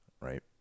right